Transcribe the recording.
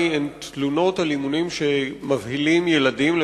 אזרחי מגיעות אלי תלונות על אימונים המבהילים ילדים,